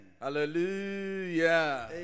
hallelujah